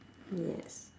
yes